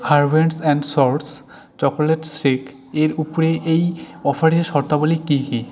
হারভেন্টস and shorts chocolate shake এর উপরে এই অফারের শর্তাবলী কী কী